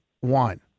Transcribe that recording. one